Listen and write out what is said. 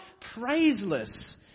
praiseless